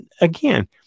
again